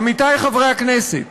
עמיתי חברי הכנסת,